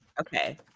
Okay